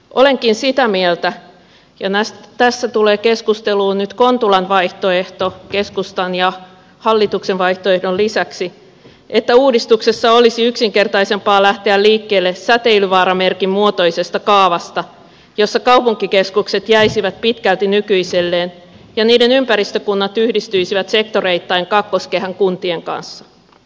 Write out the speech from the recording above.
olenkin sitä mieltä tässä tulee keskusteluun nyt kontulan vaihtoehto keskustan ja hallituksen vaihtoehdon lisäksi että uudistuksessa olisi yksinkertaisempaa lähteä liikkeelle säteilyvaaramerkin muotoisesta kaavasta jossa kaupunkikeskukset jäisivät pitkälti nykyiselleen ja niiden ympäristökunnat yhdistyisivät sektoreittain kakkoskehän kuntien kanssa